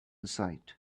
sight